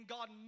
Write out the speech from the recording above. God